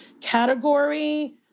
category